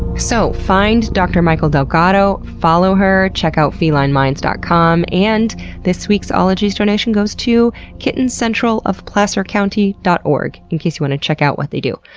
so much. find dr. mikel delgado, follow her, check out felineminds dot com. and this week's ologies donation goes to kittencentralofplacercounty dot org in case you want to check out what they do.